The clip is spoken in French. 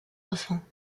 enfant